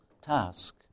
task